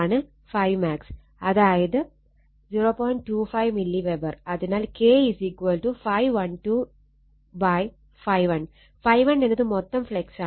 അതിനാൽ K ∅12 ∅1 ∅1 എന്നത് മൊത്തം ഫ്ളക്സാണ്